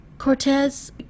Cortez